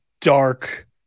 dark